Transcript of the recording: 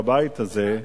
בבית הזה,